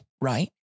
right